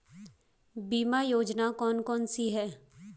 बीमा योजना कौन कौनसी हैं?